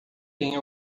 tem